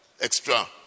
extra